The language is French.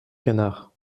canard